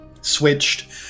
switched